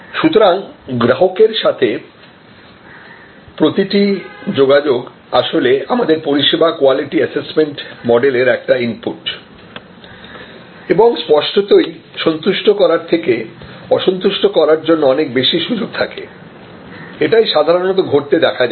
refer slide time 0707 সুতরাং গ্রাহকের সাথে প্রতিটি যোগাযোগ আসলে আমাদের পরিষেবা কোয়ালিটি অ্যাসেসমেন্ট মডেলের একটি ইনপুট এবং স্পষ্টতই সন্তুষ্ট করার থেকে অসন্তুষ্ট করার জন্য অনেক বেশি সুযোগ থাকে এটাই সাধারণত ঘটতে দেখা যায়